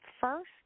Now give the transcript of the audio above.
first